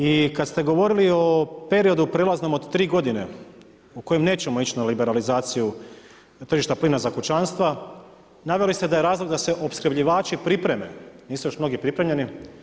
I kad ste govorili o periodu prelaznom od 3 godine u kojem nećemo ići na liberalizaciju tržišta plina za kućanstva, naveli ste da je razlog da se opskrbljivači pripreme, nisu još mnogi pripremljeni.